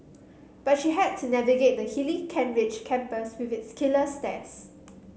but she had to navigate the hilly Kent Ridge campus with its killer stairs